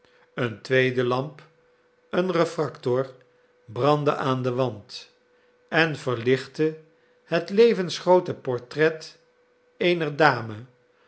een tweede lamp een refractor brandde aan den wand en verlichtte het levensgroote portret eener dame